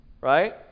Right